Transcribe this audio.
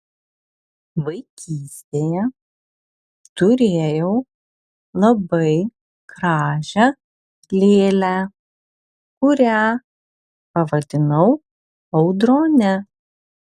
vaikystėje turėjau labai gražią lėlę kurią pavadinau audrone